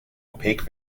opaque